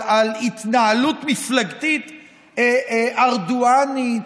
על התנהלות מפלגתית ארדואנית,